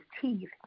teeth